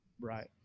Right